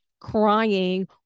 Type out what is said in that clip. crying